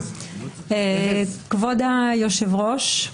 כבוד היושב ראש,